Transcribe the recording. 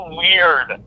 weird